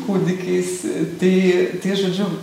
kūdikiais tai tai žodžiu